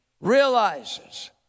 realizes